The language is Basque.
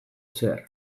zer